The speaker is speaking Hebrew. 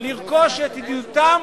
לרכוש את ידידותם